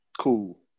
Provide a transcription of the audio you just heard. Cool